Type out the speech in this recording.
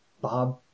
Bob